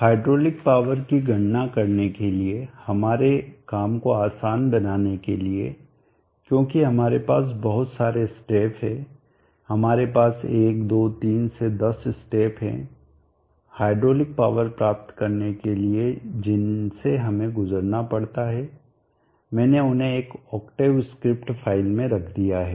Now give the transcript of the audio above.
hydraulic power की गणना करने के लिए हमारे काम को आसान बनाने के लिए क्योंकि हमारे पास बहुत सारे स्टेप हैं हमारे पास 1 2 3 से 10 स्टेप हैं हाइड्रोलिक पावर प्राप्त करने के लिए जिनसे हमें गुजरना पड़ता है मैंने उन्हें एक ऑक्टेव स्क्रिप्ट फ़ाइल में रख दिया है